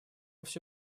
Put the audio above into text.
все